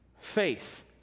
faith